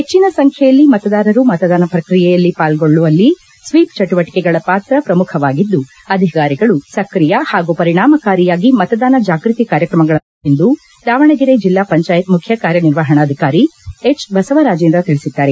ಹೆಚ್ಚನ ಸಂಖ್ಯೆಯಲ್ಲಿ ಮತದಾರರು ಮತದಾನ ಪ್ರಕ್ರಿಯೆಯಲ್ಲಿ ಪಾಲ್ಗೊಳ್ಳುವಲ್ಲಿ ಸ್ವೀಪ್ ಚಟುವಟಿಕೆಗಳ ಪಾತ್ರ ಪ್ರಮುಖವಾಗಿದ್ದು ಅಧಿಕಾರಿಗಳು ಸಕ್ರಿಯ ಹಾಗೂ ಪರಿಣಾಮಕಾರಿಯಾಗಿ ಮತದಾನ ಜಾಗೃತಿ ಕಾರ್ಯಕ್ರಮಗಳನ್ನು ನಡೆಸಬೇಕು ಎಂದು ದಾವಣಗೆರೆ ಜಿಲ್ಲಾ ಪಂಚಾಯತ್ ಮುಖ್ಯ ಕಾರ್ಯನಿರ್ವಾಹಣಾಧಿಕಾರಿ ಹೆಚ್ ಬಸವರಾಜೇಂದ್ರ ತಿಳಿಸಿದ್ದಾರೆ